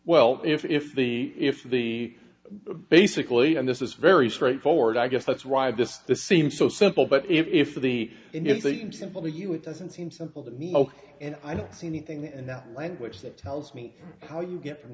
well if if the if the basically and this is very straightforward i guess that's why this this seems so simple but if the if that isn't simple to you it doesn't seem simple to me and i don't see anything and that language that tells me how you get from